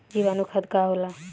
जीवाणु खाद का होला?